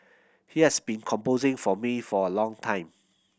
he has been composing for me for a long time